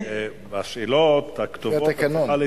בשאלות הכתובות את צריכה,